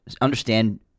understand